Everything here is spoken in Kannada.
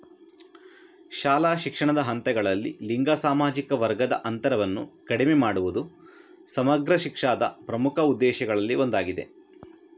ಶಾಲಾ ಶಿಕ್ಷಣದ ಹಂತಗಳಲ್ಲಿ ಲಿಂಗ ಸಾಮಾಜಿಕ ವರ್ಗದ ಅಂತರವನ್ನು ಕಡಿಮೆ ಮಾಡುವುದು ಸಮಗ್ರ ಶಿಕ್ಷಾದ ಪ್ರಮುಖ ಉದ್ದೇಶಗಳಲ್ಲಿ ಒಂದಾಗಿದೆ